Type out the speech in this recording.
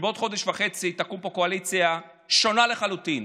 שבעוד חודש וחצי תקום פה קואליציה שונה לחלוטין,